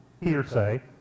hearsay